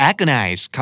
Agonize